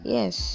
Yes